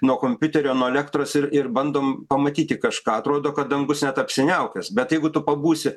nuo kompiuterio nuo elektros ir ir bandom pamatyti kažką atrodo kad dangus net apsiniaukęs bet jeigu tu pabūsi